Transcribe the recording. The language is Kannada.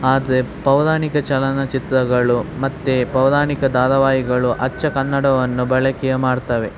ಆದರೆ ಪೌರಾಣಿಕ ಚಲನಚಿತ್ರಗಳು ಮತ್ತು ಪೌರಾಣಿಕ ಧಾರಾವಾಹಿಗಳು ಅಚ್ಚ ಕನ್ನಡವನ್ನು ಬಳಕೆ ಮಾಡ್ತವೆ